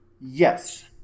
yes